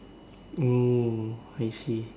hmm I see